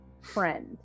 friend